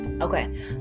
Okay